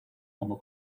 como